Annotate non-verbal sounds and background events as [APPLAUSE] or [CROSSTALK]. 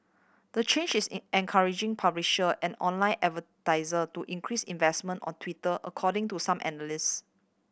the change is [UNINTELLIGIBLE] encouraging publisher and online advertiser to increase investment on Twitter according to some analyst